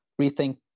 rethink